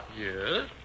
Yes